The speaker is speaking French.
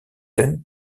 ten